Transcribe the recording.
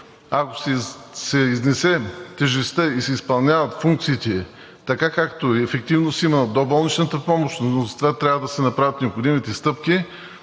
Ако се изнесе тежестта и се изпълняват функциите така, както ефективност има в доболничната помощ, но за това трябва да се направят необходимите стъпки,